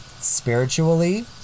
spiritually